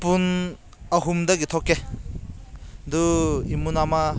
ꯄꯨꯡ ꯑꯍꯨꯝꯗꯒꯤ ꯊꯣꯛꯀꯦ ꯑꯗꯨ ꯏꯃꯨꯡ ꯑꯃ